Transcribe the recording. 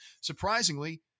Surprisingly